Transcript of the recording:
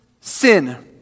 Sin